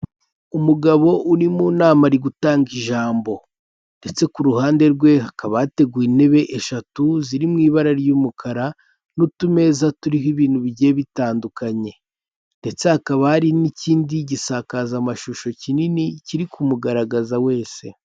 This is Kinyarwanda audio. Umugabo uri mu nama ari gutanga ijambo ndetse, ku ruhande rwe hakaba hateguwe intebe eshatu ziri mu ibara ry'umukara, n'utumeza turiho ibintu bigiye bitandukanye, ndetse hakaba hari n'ikindi gisakazamashusho kinini kiri kumugaragaza wese.